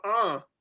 -uh